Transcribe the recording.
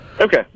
Okay